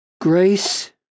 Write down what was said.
Grace